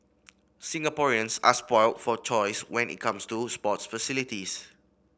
Singaporeans are spoilt for choice when it comes to sports facilities